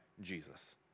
Jesus